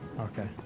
Okay